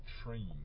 train